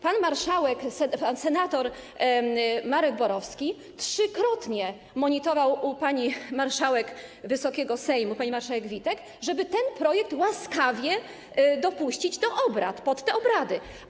Pan marszałek, pan senator Marek Borowski trzykrotnie monitował u pani marszałek Wysokiego Sejmu, pani marszałek Witek, żeby ten projekt łaskawie dopuścić pod obrady.